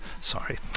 Sorry